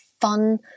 fun